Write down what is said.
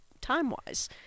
time-wise